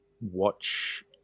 watch